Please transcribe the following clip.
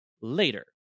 later